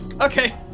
Okay